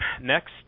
Next